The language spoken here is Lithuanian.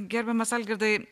gerbiamas algirdai